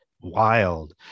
wild